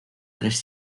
tres